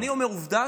אני אומר עובדה.